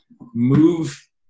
move